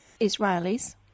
Israelis